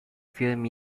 film